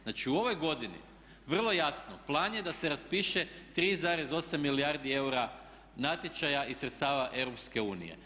Znači, u ovoj godini vrlo jasno plan je da se raspiše 3,8 milijardi eura natječaja iz sredstava EU.